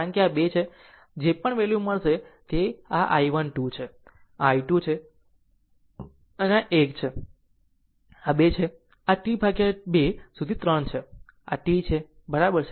તો જે પણ વેલ્યુ મળશે તે આ i1 2 છે આ I2 છે આ 1 છે આ 2 છે આ T 2 સુધી 3 જેવા છે અને આ t છે બરાબર છે